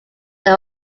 they